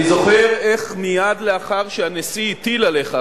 אני זוכר איך מייד לאחר שהנשיא הטיל עליך,